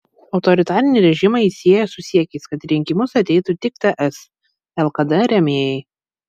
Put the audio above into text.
autoritarinį režimą jis sieja su siekiais kad į rinkimus ateitų tik ts lkd rėmėjai